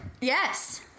Yes